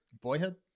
boyhood